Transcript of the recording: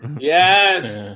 Yes